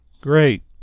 Great